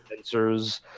Sensors